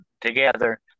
together